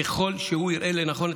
ככל שהוא יראה לנכון,